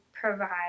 provide